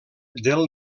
del